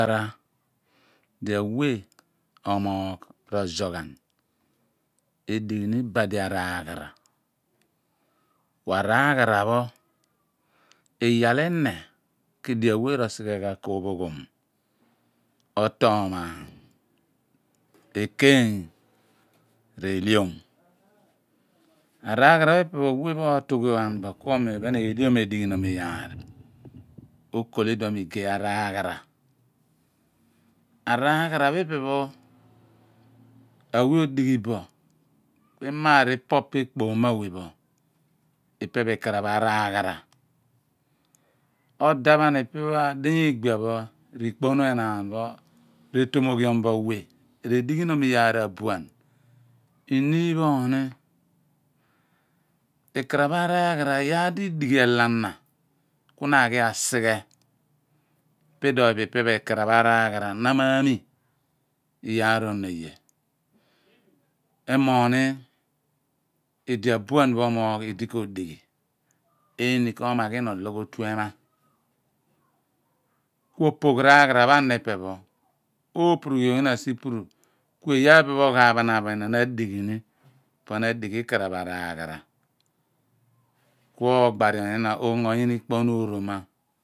di awe ro zoh edighi ni ibadi araghara kua araghara pho iyaal inne kua di awe ro segh enghan ko pho ghom oto mam ekeny re diom araghara pho ipe pho awe mo tubo kuomin mo ephen pho eliom edighi nom iyaar okool idion mo igey araghara araghara pho ipe pho awe odighibou imaar ipoh pa ekpom pho awe pho ipe pho ikponu pho enaan pho re tomoghiom bo wea redighi nom iyaar abuan inni pho ni ikraph araa ghara iyaar di idighi elana ku na a ghi asighe po idoo pho po ipe pho ikraph araghara na ma mi iyaar onon oye emogh ni idi abuan pho emogh idikodighi ini ko magh ina oloogh otuema kuo poogh kaghara pho ana ipe pho kou opuru yough ina sipuru ku iyaar pho epe pho ogha pa naan bo ina na adighi ni pho na adighi ikaraph aragha ra kuo ongo yina ikponu oroma